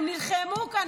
הן נלחמו כאן,